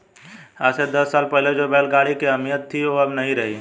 आज से दस साल पहले जो बैल गाड़ी की अहमियत थी वो अब नही रही